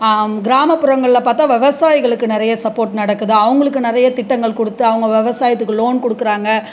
கிராமப்புறங்களில் பார்த்தா விவசாயிகளுக்கு நிறைய சப்போட் நடக்குது அவங்களுக்கு நிறைய திட்டங்கள் கொடுத்து அவங்க விவசாயத்துக்கு லோன் கொடுக்குறாங்க